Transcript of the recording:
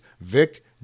Vic